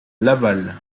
laval